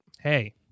hey